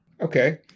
Okay